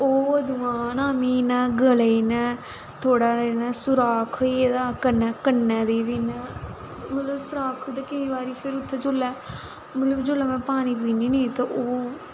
ओह् अदुआं दा ना मिगी ना गले गी इ'यां थोह्ड़ा जनेहा सराख होई गेदा कन्नै कन्ने गी बी मतलब कि सराख दे केईं बारी फिर उत्थें जेल्लै मतलब जेल्लै में पानी पीनी ते ओह्